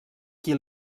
qui